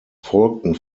folgten